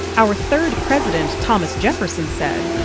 our third president, thomas jefferson, said,